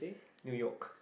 new-york